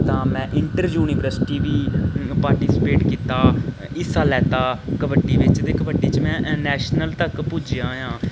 तां में inter university बी पार्टिसिपेट कीता हिस्सा लैता कबड्डी बिच ते कबड्डी च में नैशनल तक पुज्जेआ आं